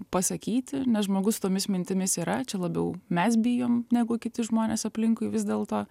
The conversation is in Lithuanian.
pasakyti nes žmogus tomis mintimis yra čia labiau mes bijom negu kiti žmonės aplinkui vis dėlto